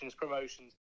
promotions